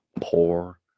poor